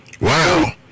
Wow